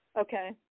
Okay